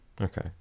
Okay